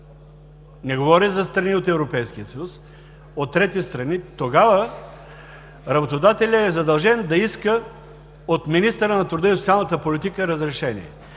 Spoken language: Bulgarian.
не говоря за страни от Европейския съюз, а от трети страни, тогава работодателят е задължен да иска от министъра на труда и социалната политика разрешение.